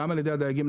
גם על ידי הדייגים.